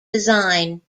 design